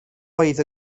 oedd